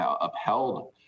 upheld